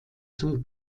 zum